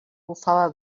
bufava